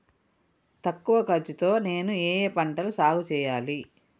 తక్కువ ఖర్చు తో నేను ఏ ఏ పంటలు సాగుచేయాలి?